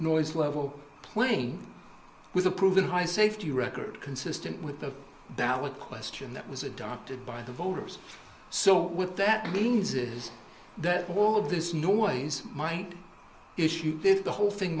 noise level plane with a proven high safety record consistent with the ballot question that was adopted by the voters so with that means is that all of this noise might issue then the whole thing